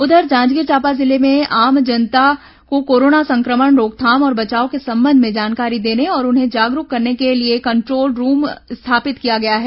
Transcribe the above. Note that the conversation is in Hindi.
उधर जांजगीर चांपा जिले में आम जनता को कोरोना संक्रमण रोकथाम और बचाव के संबंध में जानकारी देने और उन्हें जागरूक करने के लिए कंट्रोल रूप स्थापित किया गया है